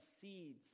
seeds